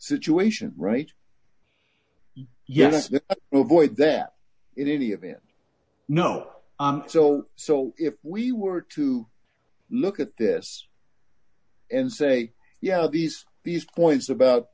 situation right yet ovoid that in any event no so so if we were to look at this and say yeah these these points about